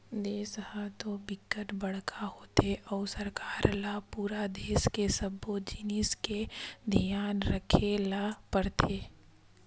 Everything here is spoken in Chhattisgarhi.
देस ह तो बिकट बड़का होथे अउ सरकार ल पूरा देस के सब्बो जिनिस के धियान राखे ल परथे